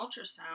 ultrasound